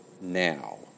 now